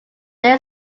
there